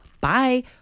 bye